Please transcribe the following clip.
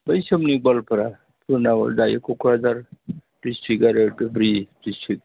बै समनि गवालपारा उनाव जायो क'क्राजार द्रिस्ट्रिक्ट आरो धुबुरि द्रिस्ट्रिक्ट